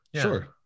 Sure